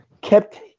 kept